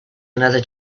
another